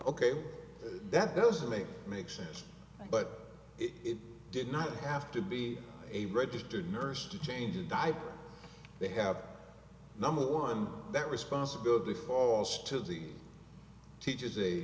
ok that doesn't make make sense but it did not have to be a registered nurse to change a diaper they have number one that responsibility falls to the teachers a